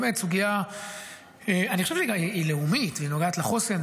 באמת סוגיה, אני חושב שהיא גם לאומית והיא נוגעת לחוסן,